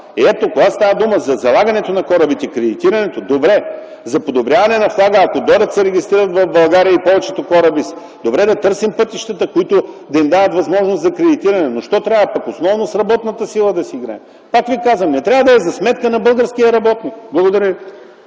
Ето, когато става дума за залагането на корабите, кредитирането – добре. За подобряване на флага, ако дойдат да се регистрират в България и повечето кораби – добре, да търсим пътищата, които да им дават възможност за кредитиране. Но защо трябва пък основно с работната сила да си играем? Пак ви казвам, не трябва да е за сметка на българския работник. Благодаря